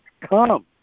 come